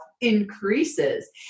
increases